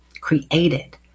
created